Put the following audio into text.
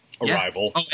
Arrival